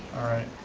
all right.